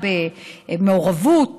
הורשע במעורבות